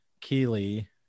Keely